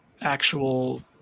actual